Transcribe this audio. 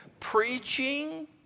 preaching